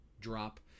drop